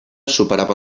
superava